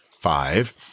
Five